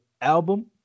album